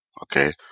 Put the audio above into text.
Okay